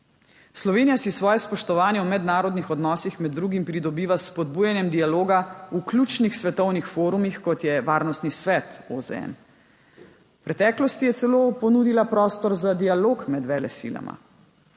Slovenija si svoje spoštovanje v mednarodnih odnosih med drugim pridobiva s spodbujanjem dialoga v ključnih svetovnih forumih, kot je Varnostni svet OZN. V preteklosti je celo ponudila prostor za dialog med velesilama.